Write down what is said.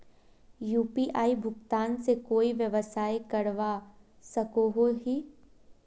UPI भुगतान से कोई व्यवसाय करवा सकोहो ही?